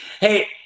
Hey